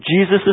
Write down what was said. Jesus